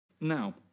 Now